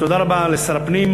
תודה רבה לשר הפנים.